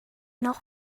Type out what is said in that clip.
noch